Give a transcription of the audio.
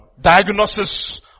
diagnosis